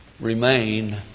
remain